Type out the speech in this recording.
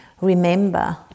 remember